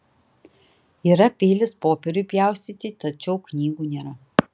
yra peilis popieriui pjaustyti tačiau knygų nėra